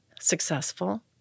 successful